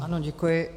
Ano, děkuji.